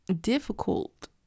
difficult